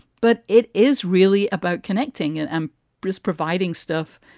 but it is really about connecting and and brisk providing stuff.